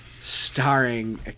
starring